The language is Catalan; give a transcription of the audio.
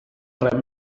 rem